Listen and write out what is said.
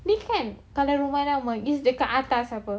ni kan kalau rumah lama is dekat atas [pe]